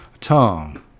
tongue